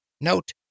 Note